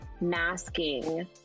masking